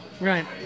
Right